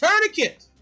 Tourniquet